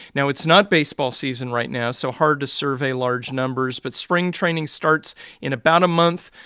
now, it's not baseball season right now so hard to survey large numbers. but spring training starts in about a month.